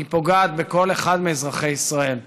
היא פוגעת בכל אחד מאזרחי ישראל.